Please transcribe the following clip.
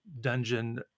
dungeon